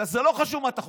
זה לא חשוב מה אתה חושב,